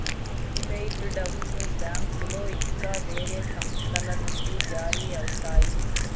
fight డబ్బును బ్యాంకులో ఇంకా వేరే సంస్థల నుండి జారీ అవుతాయి